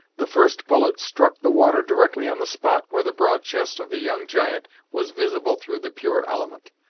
the first bullet struck the water directly on the spot where the broad chest of the young giant was visible through the pure element,